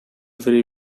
very